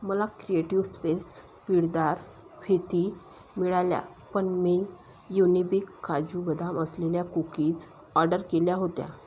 मला creative space पिळदार फिती मिळाल्या पण मी युनिबिक काजू बदाम असलेल्या कुकीज ऑर्डर केल्या होत्या